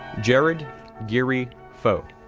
jared giri faux,